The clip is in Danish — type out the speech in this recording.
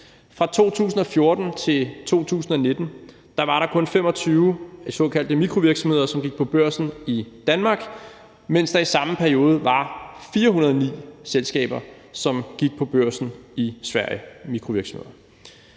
Fra 2014 til 2019 var der kun 25 såkaldte mikrovirksomheder, som gik på børsen i Danmark, mens der i samme periode var 409 mikrovirksomheder, som gik på børsen i Sverige. Vi går